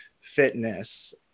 fitness